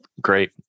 Great